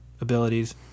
abilities